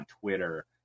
Twitter